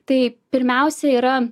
tai pirmiausia yra